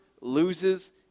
loses